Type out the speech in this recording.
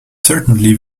certainly